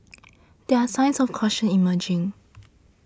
there are signs of caution emerging